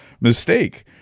mistake